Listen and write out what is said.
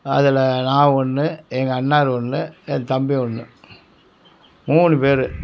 அதில் நான் ஒன்று எங்கள் அண்ணார் ஒன்று என் தம்பி ஒன்று மூணு பேர்